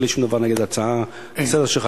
אין לי שום דבר נגד ההצעה לסדר שלך,